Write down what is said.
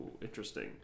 interesting